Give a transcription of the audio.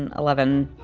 and eleven.